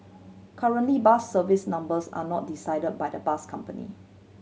currently bus service numbers are not decide by the bus company